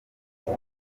kuko